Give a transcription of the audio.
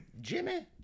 Jimmy